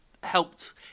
helped